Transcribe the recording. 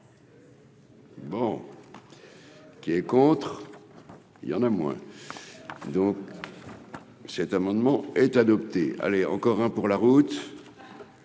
Bon, qui est contre, il y en a moins, donc, cet amendement est adopté, allez, encore un pour la route.